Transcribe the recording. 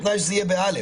בתנאי שזה יהיה ב-א'.